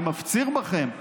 אני מפציר בכם,